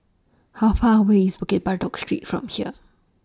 How Far away IS Bukit Batok Street from here